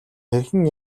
хэрхэн